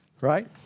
right